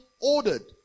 ordered